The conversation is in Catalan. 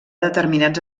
determinats